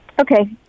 Okay